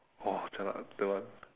!wah! jialat ah that one